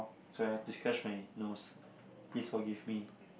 sorry i have to scratch my nose please forgive me